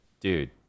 Dude